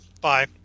Bye